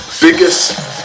biggest